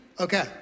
Okay